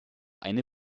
eine